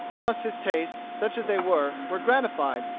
thus his tastes, such as they were, were gratified,